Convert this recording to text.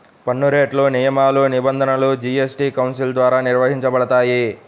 పన్నురేట్లు, నియమాలు, నిబంధనలు జీఎస్టీ కౌన్సిల్ ద్వారా నిర్వహించబడతాయి